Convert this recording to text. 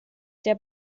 der